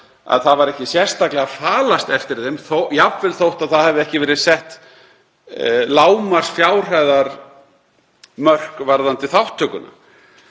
að ekki var sérstaklega falast eftir þeim, jafnvel þótt það hafi ekki verið sett lágmarksfjárhæðarmörk varðandi þátttökuna.